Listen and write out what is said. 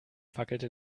fackelte